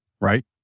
right